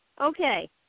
Okay